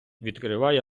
відкриває